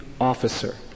officer